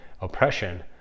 oppression